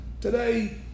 Today